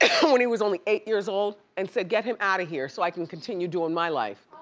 when he was only eight years old and said get him outta here so i can continue doin' my life.